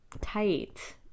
tight